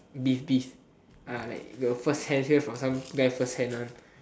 beef beef ah like you firsthand hear from some guy firsthand one